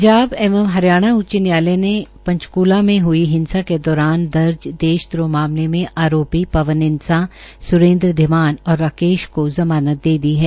पंजाब एंव हरियाणा उच्च न्यायालय ने पंचकूला में हुई के दौरान दर्ज देशद्रोह मामले मे आरोपी पवन इंसा स्रेन्द्र धीमान और राकेश को ज़मानत दे दी है